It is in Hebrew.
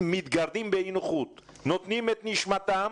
מתגרדים באי נוחות, נותנים את נשמתם